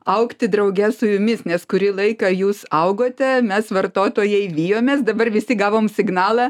augti drauge su jumis nes kurį laiką jūs augote mes vartotojai vijomės dabar visi gavom signalą